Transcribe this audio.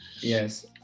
Yes